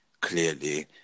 clearly